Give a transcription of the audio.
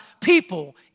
people